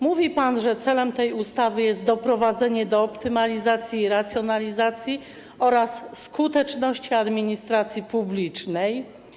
Mówi pan, że celem tej ustawy jest doprowadzenie do optymalizacji i racjonalizacji oraz skuteczności administracji publicznej.